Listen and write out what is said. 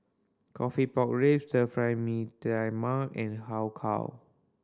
coffee pork ribs Stir Fry Mee Tai Mak and Har Kow